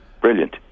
Brilliant